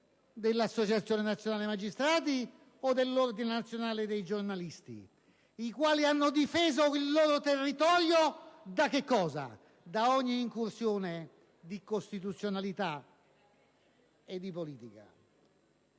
dell'Associazione nazionale magistrati o dell'Ordine nazionale dei giornalisti, i quali hanno difeso il loro territorio, da che cosa? Da ogni incursione di costituzionalità e di politica.